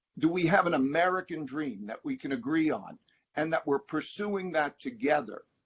do we have an american dream that we can agree on and that we're pursuing that together,